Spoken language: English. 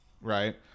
right